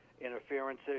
Interference